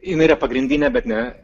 jinai yra pagrindinė bet ne